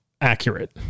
accurate